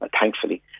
thankfully